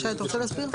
שי, אתה רוצה להסביר?